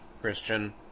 Christian